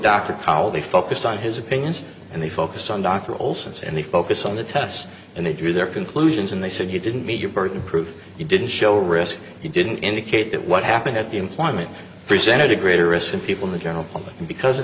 dr col they focused on his opinions and they focused on dr olsen's and they focus on the tests and they drew their conclusions and they said you didn't meet your burden of proof you didn't show risk you didn't indicate that what happened at the employment presented a greater risk than people who general public because of